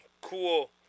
Cool